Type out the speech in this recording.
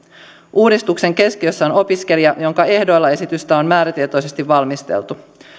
uudistuksen keskiössä on opiskelija jonka ehdoilla esitystä on määrätietoisesti valmisteltu